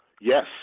Yes